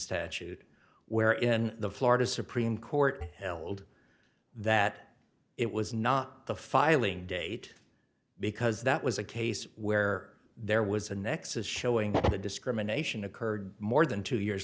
statute where in the florida supreme court held that it was not the filing date because that was a case where there was a nexus showing that the discrimination occurred more than two years